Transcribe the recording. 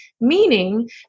meaning